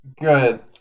Good